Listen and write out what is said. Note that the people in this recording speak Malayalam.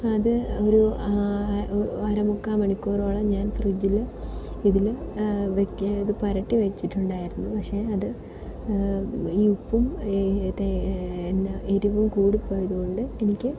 അത് ഒരു അര മുക്കാൽ മണിക്കൂറോളം ഞാൻ ഫ്രിഡ്ജിൽ ഇതിൽ വെക്കാൻ ഇത് പുരട്ടി വെച്ചിട്ടുണ്ടായിരുന്നു പക്ഷേ അത് ഉപ്പും എന്താ എരിവും കൂടിപ്പോയത് കൊണ്ട് എനിക്ക്